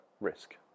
Risk